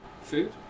Food